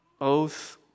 oath